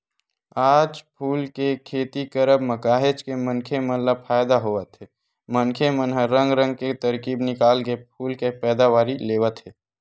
आज फूल के खेती करब म काहेच के मनखे मन ल फायदा होवत हे मनखे मन ह रंग रंग के तरकीब निकाल के फूल के पैदावारी लेवत हे